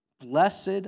Blessed